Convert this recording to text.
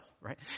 right